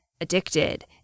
addicted